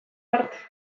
bart